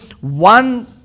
one